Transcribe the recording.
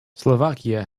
slovakia